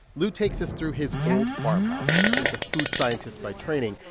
lou takes us through his old farmhouse. he's a food scientist by training,